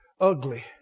ugly